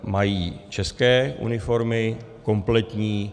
Mají české uniformy, kompletní.